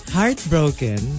Heartbroken